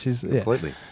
completely